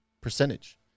percentage